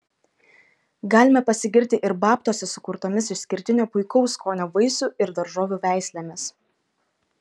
galime pasigirti ir babtuose sukurtomis išskirtinio puikaus skonio vaisių ir daržovių veislėmis